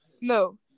No